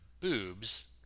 boobs